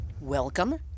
Welcome